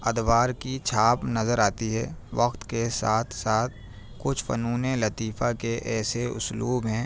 ادوار کی چھاپ نظر آتی ہے وقت کے ساتھ ساتھ کچھ فنونِ لطیفہ کے ایسے اسلوب ہیں